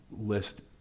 list